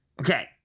Okay